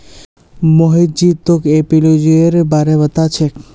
मोहित जी तोक एपियोलॉजीर बारे पता छोक